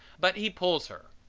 but he pulls her.